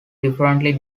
differently